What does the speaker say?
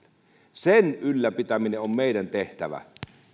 sen ylläpitäminen on meidän tehtävämme